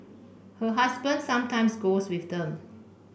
her husband sometimes goes with them